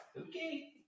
Okay